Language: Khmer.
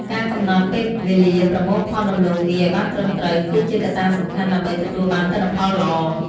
ការកំណត់ពេលវេលាប្រមូលផលដំឡូងមីឱ្យបានត្រឹមត្រូវ គឺជាកត្តាសំខាន់ដើម្បីទទួលបានទិន្នផលល្អ។